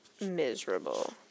miserable